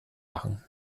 machen